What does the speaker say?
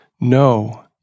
No